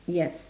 yes